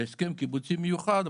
להסכם קיבוצי מיוחד,